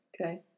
okay